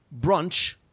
brunch